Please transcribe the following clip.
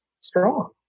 strong